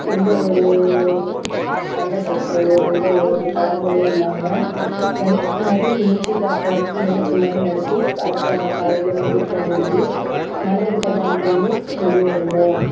எந்த ஒரு சண்டை சச்சரவும் எந்த ஒரு தடங்கலும் இல்லாமல் நினச்ச மாதிரி நிச்சயதார்த்தம் நினச்ச மாதிரி நடத்தி அடுத்த நாள் காலையில் முகூர்த்தம் முடிஞ்சு மண்டபத்தை காலி பண்ணி வெளியே வந்தோம்